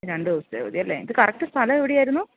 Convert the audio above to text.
രണ്ട് ദിവസത്തെ അവധി അല്ലെ ഇത് കറക്റ്റ് സ്ഥലം എവിടെ ആയിരുന്നു